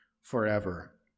forever